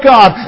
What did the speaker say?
God